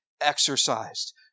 exercised